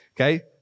Okay